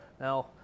Now